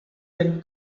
will